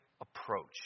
approach